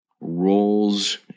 roles